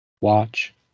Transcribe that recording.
watch